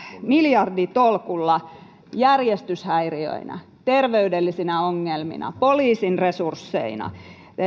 miljarditolkulla järjestyshäiriöinä terveydellisinä ongelmina poliisin resursseina